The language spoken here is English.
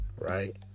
right